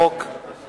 הצעת החוק עברה.